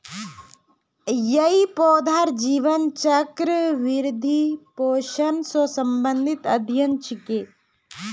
यई पौधार जीवन चक्र, वृद्धि, पोषण स संबंधित अध्ययन छिके